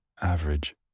Average